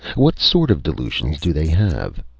what sort of delusions do they have?